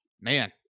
man